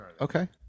Okay